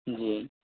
جی